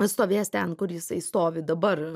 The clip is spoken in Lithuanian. stovės ten kur jisai stovi dabar